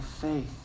faith